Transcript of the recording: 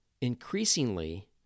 Increasingly